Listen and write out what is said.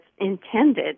intended